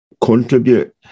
contribute